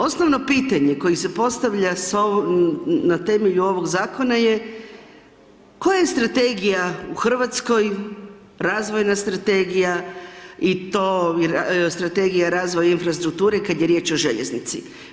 Osnovno pitanje koje se postavlja na temelju ovog zakona je koja je strategija u Hrvatskoj, razvojna strategija, i to Strategija razvoja i infrastrukture kada je riječ o željeznici.